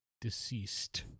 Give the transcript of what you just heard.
deceased